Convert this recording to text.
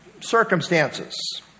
circumstances